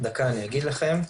כבר אומר לכם.